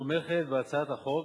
תומכת בהצעת החוק,